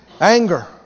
Anger